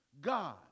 God